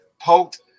poked